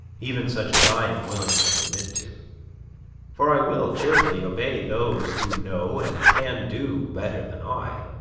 even such as i am willing to submit to for i will cheerfully obey those who know and can do better than i,